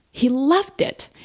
he loved it.